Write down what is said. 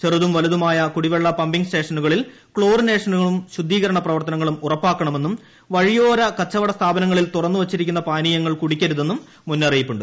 ചെറുതും വലുതുമായ കുടിവെള്ള പമ്പിംഗ് സ്റ്റേഷനുകളിൽ ക്ലോറിനേഷനും ശുദ്ധീകരണ പ്രവർത്തനങ്ങളും ഉറപ്പാക്കണമെന്നും വഴിയോര കച്ചവട്ട ർസ്ഥാപനങ്ങളിൽ തുറന്നു വച്ചിരിക്കുന്ന പാനീയങ്ങൾ കുടിക്കരുതെന്നും മുന്നറിയിപ്പുണ്ട്